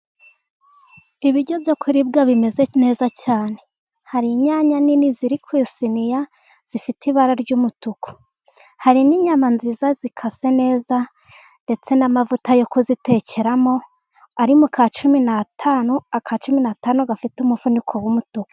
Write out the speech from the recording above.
Ibiryo byo kuribwa bimeze neza cyane, hari inyanya nini ziri ku siniya zifite ibara ry'umutuku, hari n'inyama nziza zikase neza ndetse n'amavuta yo kuzitekeramo, ari mu ka cumi n'atanu , aka cumi n'atanu gafite umufuniko w'umutuku.